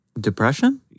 Depression